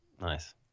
Nice